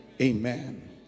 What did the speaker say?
Amen